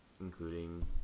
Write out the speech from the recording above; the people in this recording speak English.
including